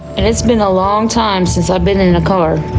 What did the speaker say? it has been a long time since i've been in a car.